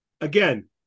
again